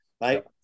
right